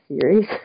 series